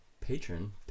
patron